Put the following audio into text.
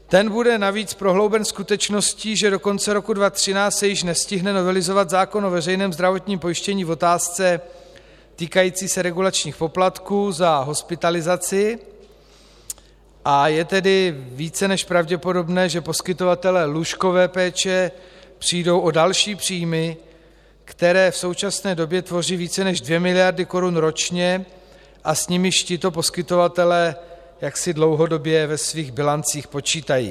Ten bude navíc prohlouben skutečností, že do konce roku 2013 se již nestihne novelizovat zákon o veřejném zdravotním pojištění v otázce týkající se regulačních poplatků za hospitalizaci, a je tedy více než pravděpodobné, že poskytovatelé lůžkové péče přijdou o další příjmy, které v současné době tvoří více než 2 mld. korun ročně a s nimiž tito poskytovatelé ve svých bilancích dlouhodobě počítají.